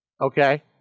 okay